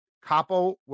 Capo